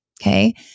Okay